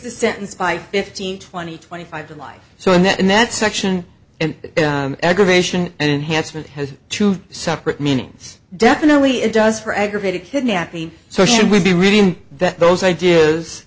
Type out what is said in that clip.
the sentence by fifteen twenty twenty five to life so in that in that section and aggravation and in hansford has two separate meanings definitely it does for aggravated kidnapping so should we be reading that those ideas